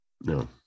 No